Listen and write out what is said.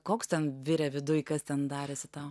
koks ten virė viduje kas ten darėsi tau